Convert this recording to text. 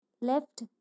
left